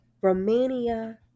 romania